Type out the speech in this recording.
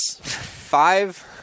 Five